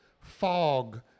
fog